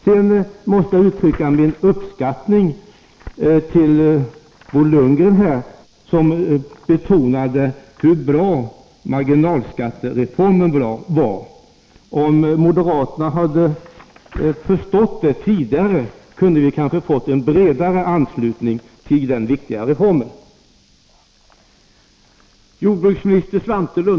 Sedan måste jag uttrycka min uppskattning till Bo Lundgren, som här betonade hur bra marginalskattereformen var. Om moderaterna hade förstått det tidigare, kunde vi kanske ha fått en bredare anslutning till den viktiga reformen.